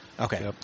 Okay